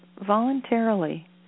voluntarily